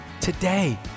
today